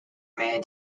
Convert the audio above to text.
man